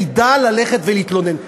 ידע ללכת ולהתלונן.